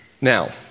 Now